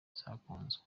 zakunzwe